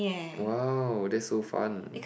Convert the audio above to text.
!wow! that's so fun